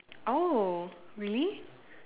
oh really